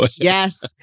Yes